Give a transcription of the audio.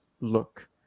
look